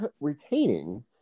retaining